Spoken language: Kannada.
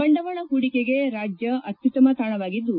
ಬಂಡವಾಳ ಹೂಡಿಕೆಗೆ ರಾಜ್ಯ ಅತ್ಯುತ್ತಮ ತಾಣವಾಗಿದ್ದು